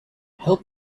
help